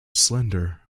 slender